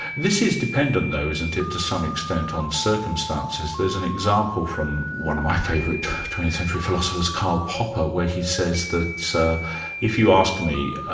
this is dependent though, isn't it, to some extent on circumstances. there's an example from one of my favourite twentieth century philosophers, karl popper where he says that so if you ask me